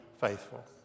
faithful